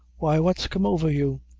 why, what's come over you?